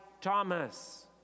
Thomas